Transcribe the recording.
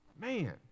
man